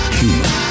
human